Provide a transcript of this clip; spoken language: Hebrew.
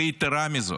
ויתרה מזאת,